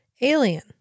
alien